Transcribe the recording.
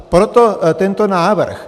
Proto tento návrh.